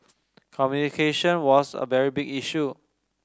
communication was a very big issue